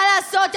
מה לעשות,